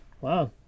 Wow